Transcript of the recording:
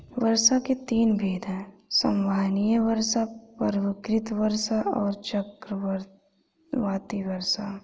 वर्षा के तीन भेद हैं संवहनीय वर्षा, पर्वतकृत वर्षा और चक्रवाती वर्षा